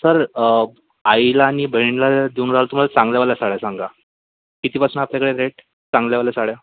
sir आईला आणि बहिणीला देऊन राहिलो तू मला चांगल्यावाल्या साड्या सांगा कितीपासून आपल्याकडे रेट चांगल्यावाल्या साड्या